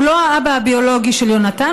הוא לא האבא הביולוגי של יהונתן,